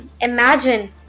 Imagine